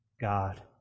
God